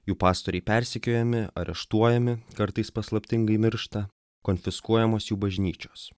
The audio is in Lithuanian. jų pastoriai persekiojami areštuojami kartais paslaptingai miršta konfiskuojamos jų bažnyčios